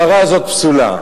הפרה הזאת פסולה.